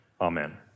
Amen